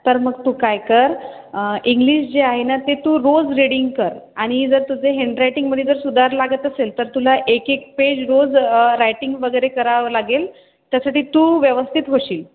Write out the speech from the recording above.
तर मग तू काय कर इंग्लिश जे आहे ना ते तू रोज रीडिंग कर आणि जर तुझे हँडरायटिंगमध्ये जर सुधार लागत असेल तर तुला एक एक पेज रोज रायटिंग वगैरे करावं लागेल त्यासाठी तू व्यवस्थित होशील